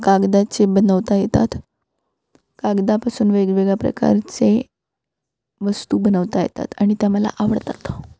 कागदाचे बनवता येतात कागदापासून वेगवेगळ्या प्रकारचे वस्तू बनवता येतात आणि त्या मला आवडतात